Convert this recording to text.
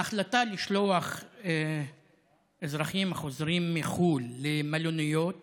ההחלטה לשלוח אזרחים החוזרים מחו"ל למלוניות